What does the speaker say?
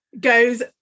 goes